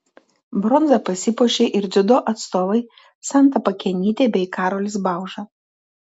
bronza pasipuošė ir dziudo atstovai santa pakenytė bei karolis bauža